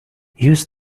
use